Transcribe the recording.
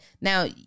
Now